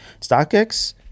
StockX